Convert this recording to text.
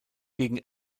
gegen